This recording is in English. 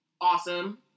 Awesome